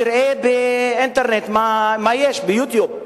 תראה באינטרנט מה יש ב-YouTube,